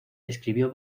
escribió